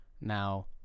now